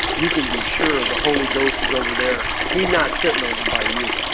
you can be sure the holy ghost is over there. he not sitting over by you